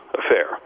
affair